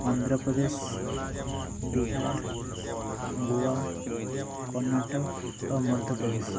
Andhra Pradesh Bihar Goa Karnataka Madhya Pradesh